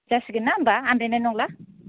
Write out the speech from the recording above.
जासिगोन ना होमबा आनदायनाय नंला